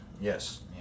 Yes